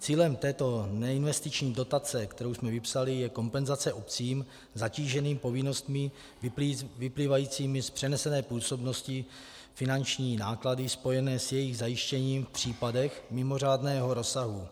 Cílem této neinvestiční dotace, kterou jsme vypsali, je kompenzace obcím zatíženým povinnostmi vyplývajícími z přenesené působnosti, finanční náklady spojené s jejich zajištěním v případech mimořádného rozsahu.